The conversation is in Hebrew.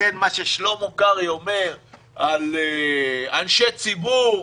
לכן מה ששלמה קרעי אומר על אנשי ציבור,